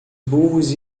burros